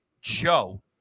Joe